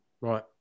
Right